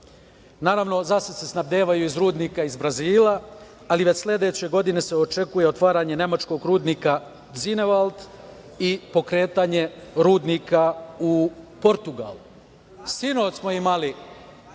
Naravno, zasad se snabdevaju iz rudnika iz Brazila, ali već sledeće godine se očekuje otvaranje nemačkog rudnika Zinevald i pokretanje rudnika u Portugal. Sinoć smo imali